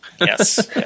Yes